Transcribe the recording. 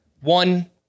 One